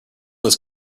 this